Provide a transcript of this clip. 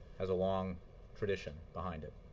has a long tradition behind it.